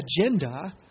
agenda